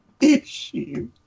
issue